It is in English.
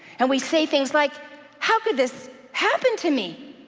and we say things like how could this happen to me?